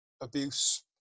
abuse